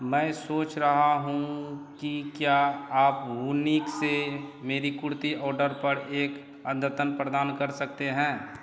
मैं सोच रहा हूँ कि क्या आप वूनिक से मेरी कुर्ती ऑडर पड़ एक अद्यतन प्रदान कर सकते हैं